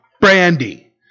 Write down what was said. brandy